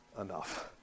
enough